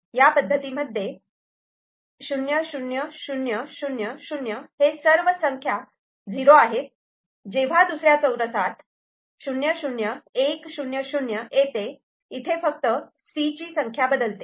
या पद्धतीमध्ये 00000 हे सर्व संख्या झिरो आहेत जेव्हा दुसऱ्या चौरसात 00100 येते इथे फक्त C ची संख्या बदलते